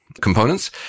components